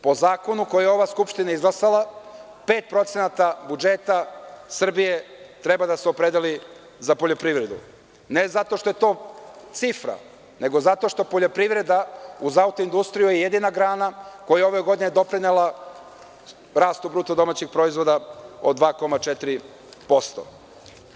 Po zakonu koji je ova Skupština izglasala, 5% budžeta Srbije treba da se opredeli za poljoprivredu, ne zato što je to cifra, nego zato što je poljoprivreda uz auto-industriju jedina grana koja je ove godine doprinela rastu BDP od 2,4%